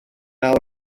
naw